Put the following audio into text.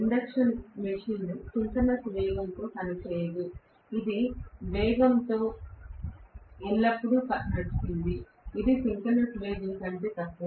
induction machine synchronous వేగంతో పనిచేయదు ఇది వేగంతో ఎల్లప్పుడూ నడుస్తుంది ఇది సింక్రోనస్ వేగం కంటే తక్కువ